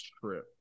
trip